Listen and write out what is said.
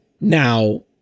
Now